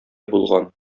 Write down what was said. булган